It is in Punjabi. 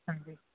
ਹਾਂਜੀ